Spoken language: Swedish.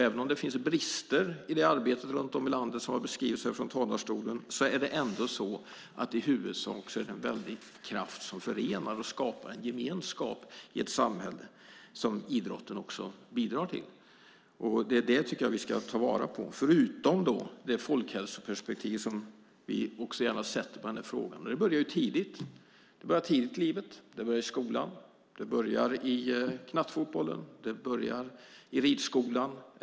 Även om det finns brister i det arbetet, vilket har beskrivits här från talarstolen, är idrotten ändå en kraft som förenar och skapar gemenskap i samhället. Det tycker jag att vi ska ta vara på, förutom det folkhälsoperspektiv som vi gärna har på den frågan. Idrotten börjar tidigt i livet - i skolan, i knattefotbollen eller ridskolan.